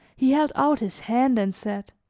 he held out his hand and said